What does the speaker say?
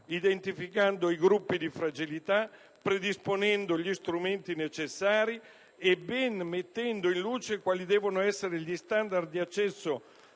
identificando i gruppi di fragilità, predisponendo gli strumenti necessari e ben mettendo in luce quali devono essere gli standard di accesso